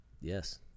Yes